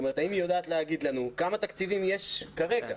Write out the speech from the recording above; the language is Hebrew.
האם היא יודעת להגיד לנו כמה תקציבים יש כרגע.